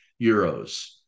euros